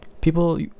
people